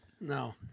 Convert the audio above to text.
no